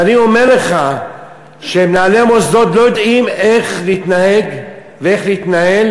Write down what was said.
ואני אומר לך שמנהלי המוסדות לא יודעים איך להתנהג ואיך להתנהל,